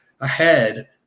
ahead